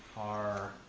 r